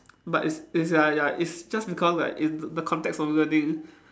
but it's it's ya ya it's just because like in the context of learning